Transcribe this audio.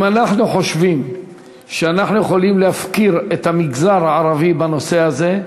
אם אנחנו חושבים שאנחנו יכולים להפקיר את המגזר הערבי בנושא הזה,